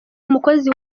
umukozi